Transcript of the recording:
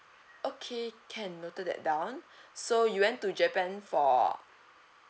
okay can noted that down so you went to japan for